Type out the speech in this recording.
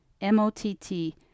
M-O-T-T